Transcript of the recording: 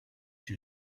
chez